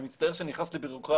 אני מצטער שאני נכנס לבירוקרטיה,